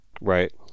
right